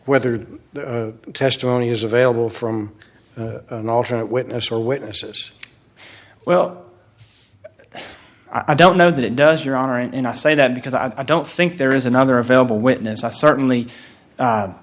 whether the testimony is available from an alternate witness or witnesses well i don't know that it does your honor and i say that because i don't think there is another available witness i certainly